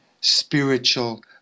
spiritual